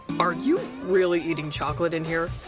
are you really eating chocolate in here?